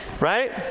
Right